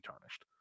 tarnished